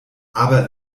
aber